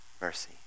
mercy